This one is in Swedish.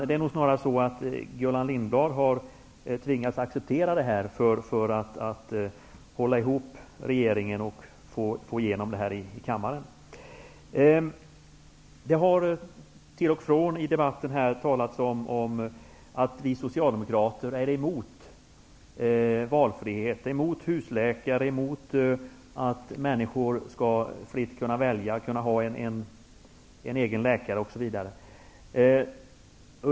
Det är nog snarast så att Gullan Lindblad har tvingats acceptera det här för att hålla ihop regeringen och få igenom ärendet här i kammaren. I debatten här har det från och till talats om att vi socialdemokrater är emot valfrihet, husläkare och emot att människor skall kunna välja fritt, ha en egen läkare osv.